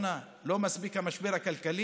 לא מספיק הקורונה, לא מספיק המשבר הכלכלי,